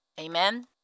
Amen